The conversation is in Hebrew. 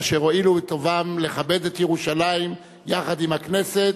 אשר הואילו בטובם לכבד את ירושלים יחד עם הכנסת.